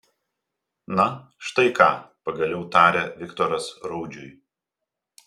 na štai ką pagaliau tarė viktoras raudžiui